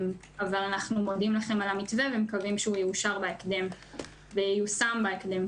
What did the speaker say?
אנחנו מודים לכם על המתווה ואנחנו מקווים שהוא יאושר וייושם בהקדם.